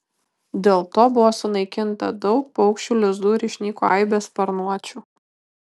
dėl to buvo sunaikinta daug paukščių lizdų ir išnyko aibės sparnuočių